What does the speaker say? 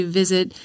visit